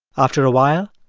after a while,